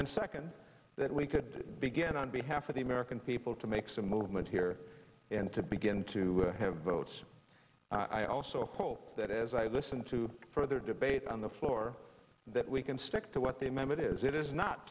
and second that we could begin on behalf of the american people to make some movement here and to begin to have votes i also hope that as i listen to further debate on the floor that we can stick to what the moment is it is not